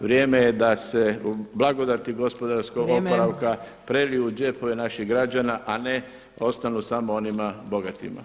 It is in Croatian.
Vrijeme je da se u blagodati gospodarskog oporavka preliju u džepove naših građana a ne ostanu samo onima bogatima.